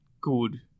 good